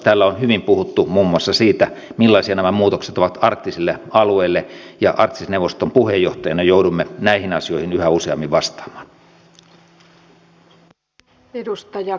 täällä on hyvin puhuttu muun muassa siitä millaisia nämä muutokset ovat arktisille alueille ja arktisen neuvoston puheenjohtajana joudumme näihin asioihin yhä useammin vastaamaan